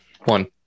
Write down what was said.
One